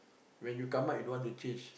when you come out you don't want to change